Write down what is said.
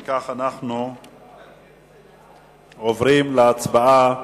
אם כך אנחנו עוברים להצבעה.